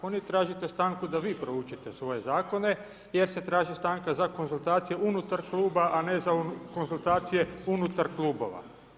Oni, tražite stanku da vi proučite svoje Zakone, jer se traži stanka za konzultacije unutar Kluba, a ne za konzultacije unutar Klubova.